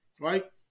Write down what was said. right